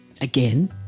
Again